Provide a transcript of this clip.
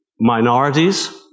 minorities